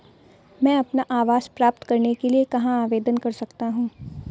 मैं अपना आवास प्राप्त करने के लिए कहाँ आवेदन कर सकता हूँ?